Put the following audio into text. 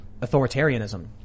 authoritarianism